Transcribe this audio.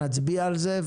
נצביע על זה,